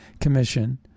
Commission